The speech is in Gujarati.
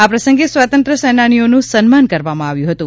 આ પ્રસંગે સ્વાતંત્ર્ય સેનાનીઓનું સન્માન કરવામાં આવ્યું હતું